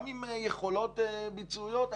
אנחנו צריכים פה לפתור בעיה